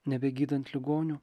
nebegydant ligonių